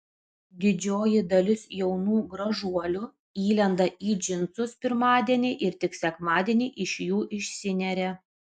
didžioji dalis jaunų gražuolių įlenda į džinsus pirmadienį ir tik sekmadienį iš jų išsineria